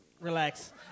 relax